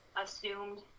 assumed